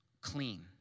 clean